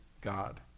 God